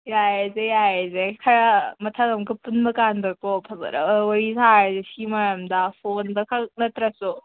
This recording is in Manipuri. ꯌꯥꯔꯦꯁꯦ ꯌꯥꯔꯦꯁꯦ ꯈꯔ ꯃꯊꯪ ꯑꯃꯨꯛꯀ ꯄꯨꯟꯕ ꯀꯥꯟꯗꯀꯣ ꯐꯖꯅ ꯋꯥꯔꯤ ꯁꯥꯔꯁꯤ ꯁꯤ ꯃꯔꯝꯗ ꯐꯣꯟꯗ ꯈꯛ ꯅꯠꯇ꯭ꯔꯁꯨ